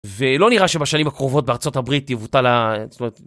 ולא נראה שבשנים הקרובות בארצות הברית יבוטל ה...